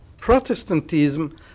Protestantism